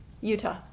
Utah